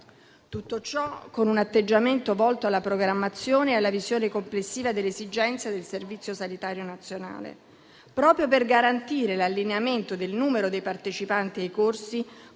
Tutto ciò con un atteggiamento volto alla programmazione e alla visione complessiva delle esigenze del Servizio sanitario nazionale, proprio per garantire l'allineamento del numero dei partecipanti ai corsi